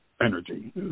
energy